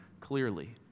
clearly